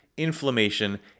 Inflammation